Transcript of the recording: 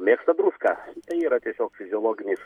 mėgsta druską tai yra tiesiog fiziologinis